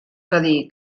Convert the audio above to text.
cadí